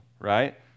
Right